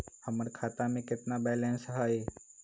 हमर खाता में केतना बैलेंस हई?